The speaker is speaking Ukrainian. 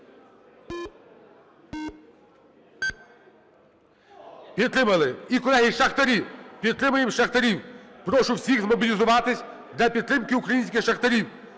Підтримали. І, колеги, шахтарі, підтримаємо шахтарів. Прошу всіх всіх змобілізуватися для підтримки українських шахтарів.